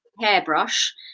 Hairbrush